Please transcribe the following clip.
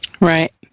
Right